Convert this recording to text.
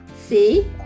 See